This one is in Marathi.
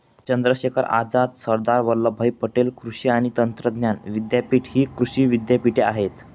चंद्रशेखर आझाद, सरदार वल्लभभाई पटेल कृषी आणि तंत्रज्ञान विद्यापीठ हि कृषी विद्यापीठे आहेत